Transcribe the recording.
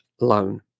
loan